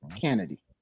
Kennedy